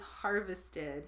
harvested